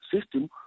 system